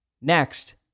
Next